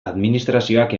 administrazioak